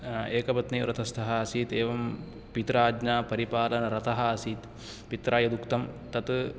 एकपत्नीव्रतस्थः आसीत् एवं पित्राज्ञापरिपालनरतः आसीत् पित्रा यदुक्तं तत्